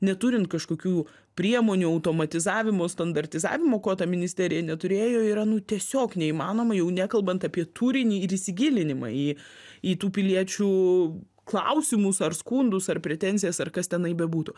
neturint kažkokių priemonių automatizavimo standartizavimo ko ta ministerija neturėjo yra nu tiesiog neįmanoma jau nekalbant apie turinį ir įsigilinimą į į tų piliečių klausimus ar skundus ar pretenzijas ar kas tenai bebūtų